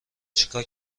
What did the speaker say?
چیکار